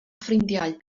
ffrindiau